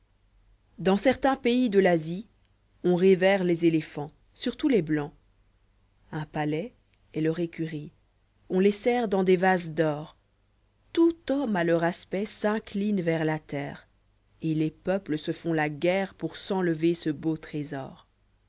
uahs certains pays de l'asie on révère les éléphants surtout les blancs un palais est leur écurie on les sert dans des vases d'or tout homme à leur aspect s'incline vers la terre et les peuples se font la guerre pour s'enlever ce beau trésor